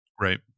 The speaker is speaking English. Right